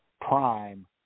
prime